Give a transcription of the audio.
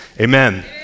Amen